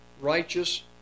righteous